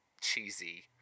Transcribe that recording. cheesy